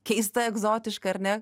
keista egzotiška ar ne